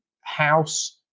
house